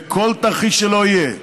בכל תרחיש שלא יהיה,